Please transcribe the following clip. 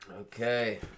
Okay